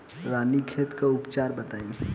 रानीखेत के उपचार बताई?